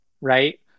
right